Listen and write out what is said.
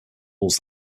tools